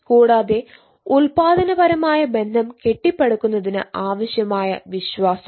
കൂടാതെ ഉൽപാദനപരമായ ബന്ധം കെട്ടിപ്പടുക്കുന്നതിന് ആവശ്യമായ വിശ്വാസവും